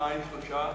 שניים או שלושה